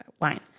wine